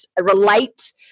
relate